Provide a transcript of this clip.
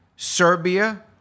Serbia